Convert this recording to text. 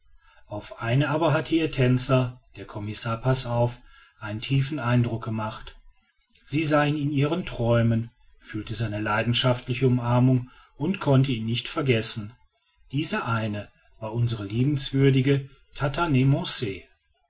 auf eine aber hatte ihr tänzer der commissar passauf einen tiefen eindruck gemacht sie sah ihn in ihren träumen fühlte seine leidenschaftliche umarmung und konnte ihn nicht vergessen diese eine war unsere liebenswürdige